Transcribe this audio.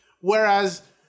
Whereas